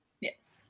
yes